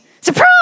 surprise